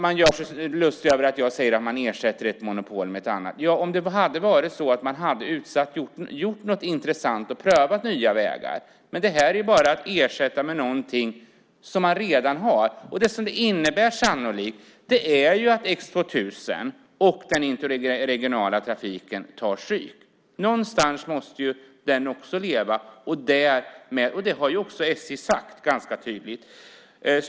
Man gör sig lustig över att jag säger att man ersätter ett monopol med ett annat. Ja - om det hade varit så att man gjort något intressant och prövat nya vägar. Men det här är ju bara att ersätta med något som man redan har. Sannolikt innebär det här att X 2000 och den interregionala trafiken tar stryk. Någonstans måste den ju också leva. Det har ju också SJ ganska tydligt sagt.